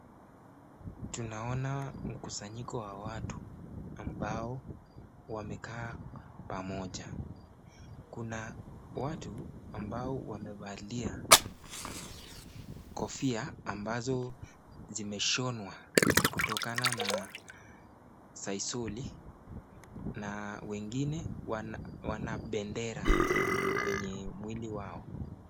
Tunaona mkusanyiko wa watu ambao wamekaa pamoja. Kuna watu ambao wamevaa kofia ambazo zimeshonwa kutokana na saisoli na wengine wana bendera kwenye mwili wao.